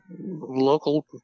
local